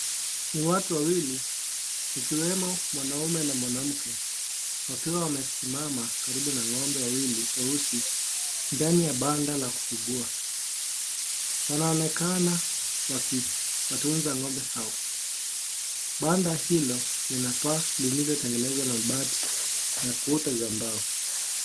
Ni watu wawili ikiwemo mwanamume na mwanmke wakiwa wamesimama karibu na ng'ombe wawili weusi ndani ya banda la kufugua. Wanaonekana wakiwatunza ng'ombe hao. Banda hilo lina paa lililotengenezwa na mabati na kwota za mbao.